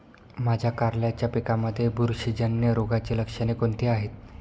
माझ्या कारल्याच्या पिकामध्ये बुरशीजन्य रोगाची लक्षणे कोणती आहेत?